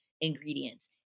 ingredients